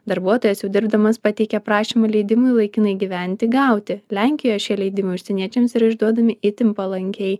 darbuotojas jau dirbdamas pateikia prašymą leidimui laikinai gyventi gauti lenkijoje šie leidimai užsieniečiams išduodami itin palankiai